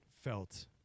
felt